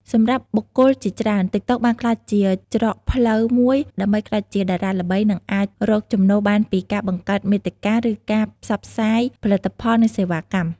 សម្រាប់បុគ្គលជាច្រើន ទីកតុកបានក្លាយជាច្រកផ្លូវមួយដើម្បីក្លាយជាតារាល្បី និងអាចរកចំណូលបានពីការបង្កើតមាតិកា ឬការផ្សព្វផ្សាយផលិតផល និងសេវាកម្ម។